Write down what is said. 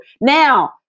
now